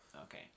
Okay